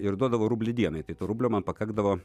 ir duodavo rublį dienai tai to rublio man pakakdavo